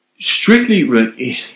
strictly